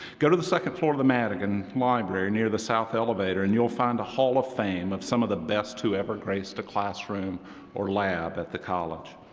go to the second floor of the madigan library near the south elevator and you'll find a hall of fame of some of the best whoever graced a classroom or lab at the college.